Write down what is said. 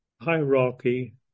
hierarchy